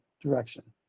direction